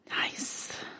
Nice